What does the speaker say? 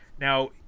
now